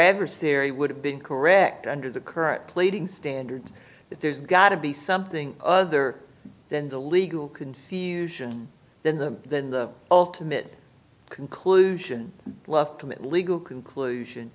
adversary would have been correct under the current pleading standards but there's got to be something other than the legal confusion then the then the ultimate conclusion left of it legal conclusion